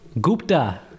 Gupta